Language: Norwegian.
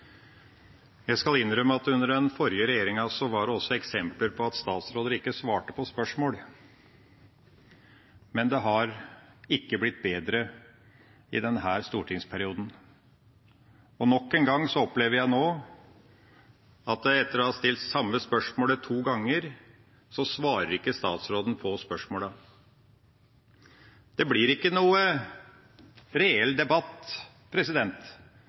Jeg skal innrømme at under den forrige regjeringa var det også eksempler på at statsråder ikke svarte på spørsmål, men det har ikke blitt bedre i denne stortingsperioden. Nok en gang opplever jeg nå at etter at jeg har stilt det samme spørsmålet to ganger, svarer ikke statsråden på spørsmålene. Det blir ikke noen reell debatt